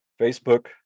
Facebook